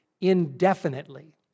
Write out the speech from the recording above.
indefinitely